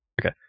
Okay